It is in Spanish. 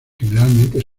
generalmente